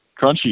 crunchy